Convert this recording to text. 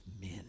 men